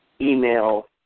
email